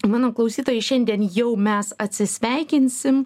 mano klausytojai šiandien jau mes atsisveikinsim